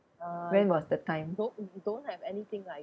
when was the time